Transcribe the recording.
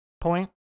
point